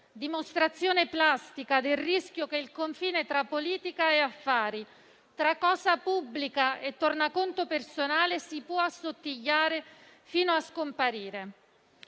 dimostrazione plastica del rischio che il confine tra politica e affari, tra cosa pubblica e tornaconto personale si può assottigliare fino a scomparire.